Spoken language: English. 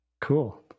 cool